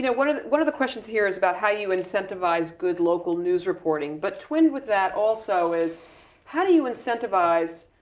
yeah one of one of the questions here is about, how you incentivize good local news reporting. but twinned with that also is how do you incentivize,